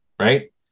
Right